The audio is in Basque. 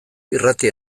irratia